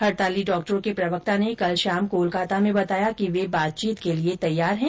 हड़ताली डॉक्टरों के प्रवक्ता ने कल शाम कोलकाता में बताया कि वे बातचीत के लिए तैयार हैं